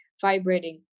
vibrating